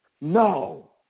No